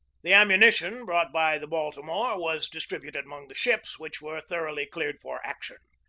the ammunition brought by the baltimore was distributed among the ships, which were thoroughly cleared for action.